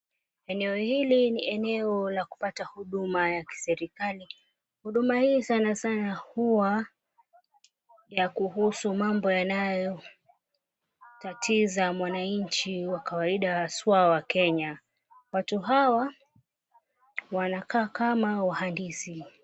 Eneo hili ni eneo la kupata huduma ya kiserikali huduma hii sana sana huwa ya kuhusu mambo yanayotatiza mwananchi wa kawaida haswa wa Kenya, watu hawa wanakaa kama wahandisi.